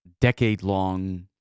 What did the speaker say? decade-long